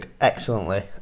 excellently